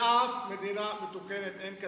הלך הלילה.